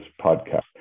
podcast